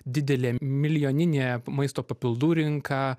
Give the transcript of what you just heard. didelė milijoninė maisto papildų rinka